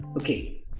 okay